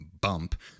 bump